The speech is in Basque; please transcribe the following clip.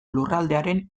lurraldearen